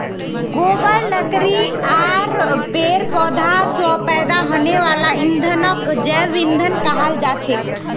गोबर लकड़ी आर पेड़ पौधा स पैदा हने वाला ईंधनक जैव ईंधन कहाल जाछेक